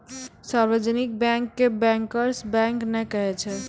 सार्जवनिक bank के bankers bank नै कहै छै